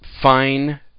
fine